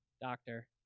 doctor